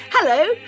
Hello